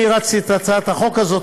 אני הרצתי את הצעת החוק הזאת,